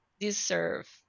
deserve